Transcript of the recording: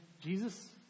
Jesus